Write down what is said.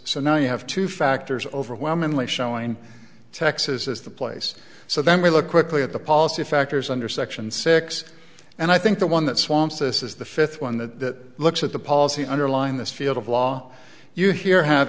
so now you have two factors overwhelmingly showing and texas is the place so then we look quickly at the policy factors under section six and i think the one that swamps us is the fifth one that looks at the policy underlying this field of law you here have